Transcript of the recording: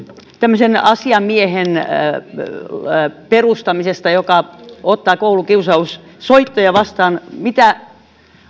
tämmöisen asiamiehen perustaminen joka ottaa koulukiusaussoittoja vastaan mitä